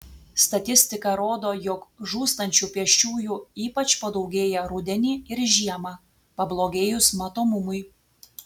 statistika rodo jog žūstančių pėsčiųjų ypač padaugėja rudenį ir žiemą pablogėjus matomumui